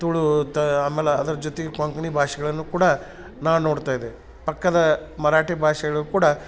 ತುಳು ತ ಆಮ್ಯಾಲ ಅದ್ರ ಜೊತೆಗೆ ಕೊಂಕಣಿ ಭಾಷೆಗಳನ್ನು ಕೂಡ ನಾ ನೋಡ್ತಾ ಇದೆ ಪಕ್ಕದ ಮರಾಠಿ ಭಾಷೆಗಳು ಕೂಡ